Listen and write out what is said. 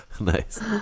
Nice